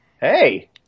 Hey